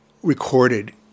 recorded